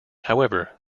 however